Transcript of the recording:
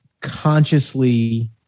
consciously